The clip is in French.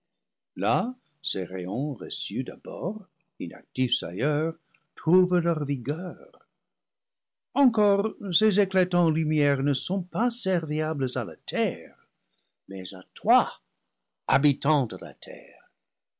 là ses rayons reçus d'abord inactifs ailleurs trouvent leur vigueur encore ces éclatants luminaires ne sont pas ser viables à la terre mais à toi habitant de la terre